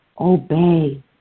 obey